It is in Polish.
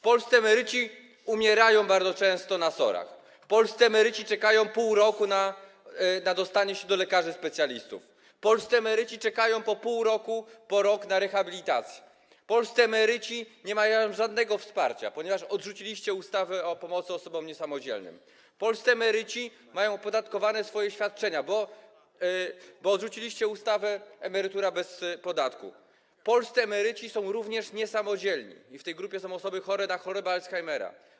Polscy emeryci umierają bardzo często na SOR-ach, polscy emeryci czekają pół roku na dostanie się do lekarzy specjalistów, polscy emeryci czekają po pół roku, po rok na rehabilitację, polscy emeryci nie mają żadnego wsparcia, ponieważ odrzuciliście ustawę o pomocy osobom niesamodzielnym, polscy emeryci mają opodatkowane świadczenia, bo odrzuciliście ustawę o emeryturze bez podatku, polscy emeryci są również niesamodzielni i w tej grupie są osoby chore na chorobę Alzheimera.